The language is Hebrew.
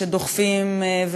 שדוחפים,